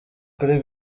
kuri